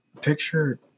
picture